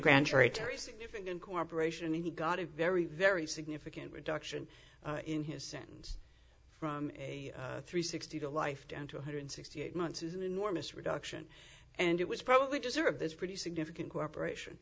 grand jury terry significant cooperation and he got a very very significant reduction in his sentence from a three hundred and sixty to life down to one hundred and sixty eight months is an enormous reduction and it was probably deserve this pretty significant cooperation